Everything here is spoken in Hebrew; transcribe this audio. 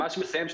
משפט אחרון.